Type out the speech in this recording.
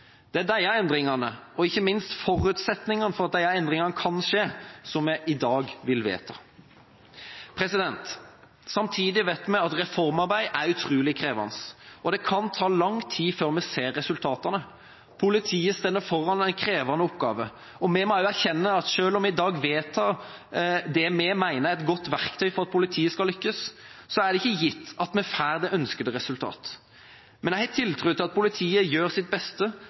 Det er de enkleste endringene å få til, hvis bare den politiske viljen er til stede. Andre og mer grunnleggende endringer – i holdninger, lederskap og kultur – må utvikles over tid.» Det er disse endringene, og ikke minst forutsetningene for at disse endringene kan skje, som vi i dag skal vedta. Samtidig vet vi at reformarbeid er utrolig krevende, og det kan ta lang tid før vi ser resultatene. Politiet står foran en krevende oppgave, og vi må også erkjenne at selv om vi i dag vedtar det vi mener er et godt verktøy for at politiet skal lykkes,